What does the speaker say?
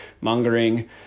mongering